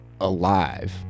alive